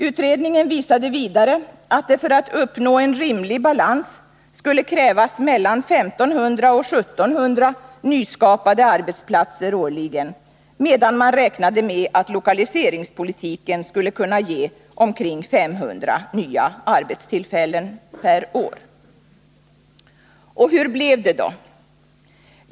Utredningen visade vidare att det för en rimlig balans skulle krävas mellan 1500 och 1700 nyskapade arbetsplatser årligen, medan man räknade med att lokaliseringspolitiken skulle kunna ge omkring 500 nya arbetstillfällen per år. Hur blev det då?